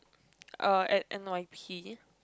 uh at n_y_p